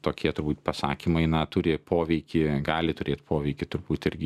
tokie turbūt pasakymai na turi poveikį gali turėti poveikį turbūt irgi